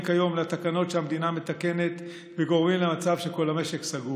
כיום לתקנות שהמדינה מתקנת וגורמים למצב שכל המשק סגור,